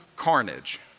carnage